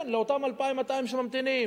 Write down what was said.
כן, לאותם 2,200 שממתינים.